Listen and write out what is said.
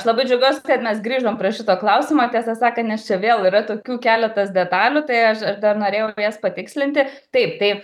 aš labai džiaugiuosi kad mes grįžom prie šito klausimo tiesą sakan nes čia vėl yra tokių keletas detalių tai aš dar norėjau jas patikslinti taip tai